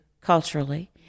culturally